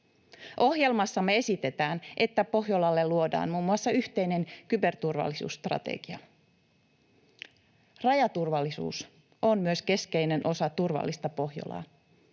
Ohjelmassamme esitetään, että Pohjolalle luodaan muun muassa yhteinen kyberturvallisuusstrategia. Rajaturvallisuus on myös keskeinen osa turvallista Pohjolaa.